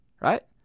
Right